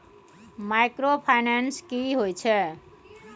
Microfinance की होय छै?